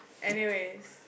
anyways